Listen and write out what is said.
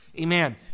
Amen